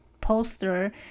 poster